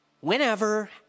whenever